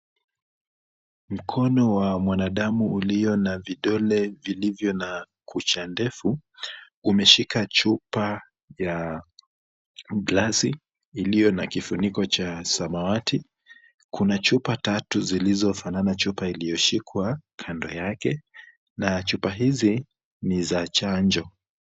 Mkono wa mwanadamu uliyo na vidole vilivyo na kucha ndefu, umeshika chupa ya mlazi iliyo na kifuniko cha samawati. Kuna chupa tatu zilizofanana, chupa iliyoshikwa kando yake. Na chupa hizi ni za chanjo.